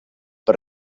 per